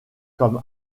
comme